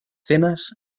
cenas